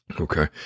okay